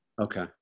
Okay